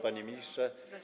Panie Ministrze!